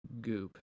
Goop